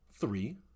Three